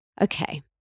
Okay